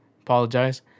apologize